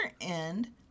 end